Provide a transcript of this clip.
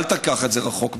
אל תיקח את זה רחוק מדי,